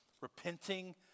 repenting